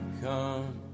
come